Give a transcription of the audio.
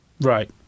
Right